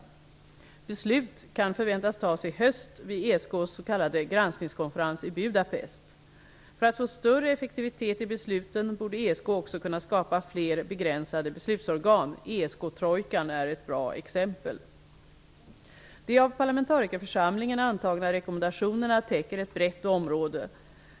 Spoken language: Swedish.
Beslut kan förväntas fattas i höst vid ESK:s s.k. granskningskonferens i Budapest. För att få större effektivitet i besluten borde ESK också kunna skapa fler begränsade beslutsorgan. ESK trojkan är ett bra exempel. De av parlamentarikerförsamlingen antagna rekommendationerna täcker ett brett område.